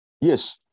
Yes